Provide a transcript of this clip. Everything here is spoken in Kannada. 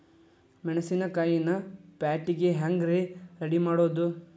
ಮೆಣಸಿನಕಾಯಿನ ಪ್ಯಾಟಿಗೆ ಹ್ಯಾಂಗ್ ರೇ ರೆಡಿಮಾಡೋದು?